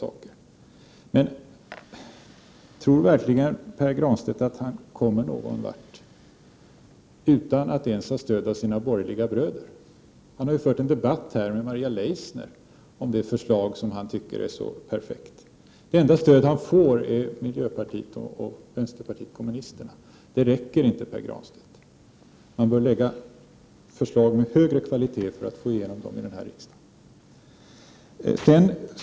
Men tror Pär Granstedt att han kommer någon vart utan att ha stöd ens av sina borgerliga bröder? Här har han ju fört en debatt med Maria Leissner om det förslag som han tycker är så perfekt. Det enda stöd han får kommer från miljöpartiet och vpk. Det räcker inte, Pär Granstedt. Man bör lägga fram förslag med högre kvalitet än så för att få genom dem här i riksdagen.